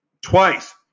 Twice